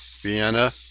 Vienna